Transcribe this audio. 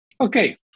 Okay